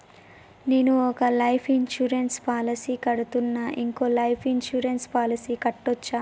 నేను ఒక life insurance policy కడ్తున్నా, ఇంకో లైఫ్ ఇన్సూరెన్స్ పాలసీ కట్టొచ్చా?